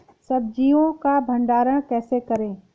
सब्जियों का भंडारण कैसे करें?